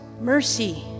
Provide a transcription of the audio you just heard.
mercy